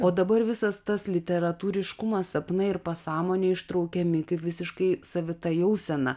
o dabar visas tas literatūriškumas sapnai ir pasąmonė ištraukiami kaip visiškai savita jausena